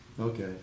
Okay